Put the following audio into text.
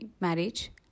marriage